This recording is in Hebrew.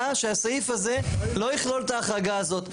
שהסעיף הזה לא יכלול את ההחרגה הזאת.